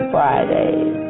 Fridays